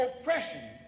oppression